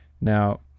Now